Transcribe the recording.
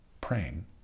praying